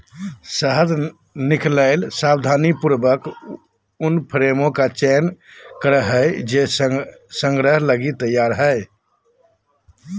शहद निकलैय सावधानीपूर्वक उन फ्रेमों का चयन करो हइ जे संग्रह लगी तैयार हइ